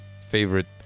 favorite